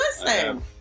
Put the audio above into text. listen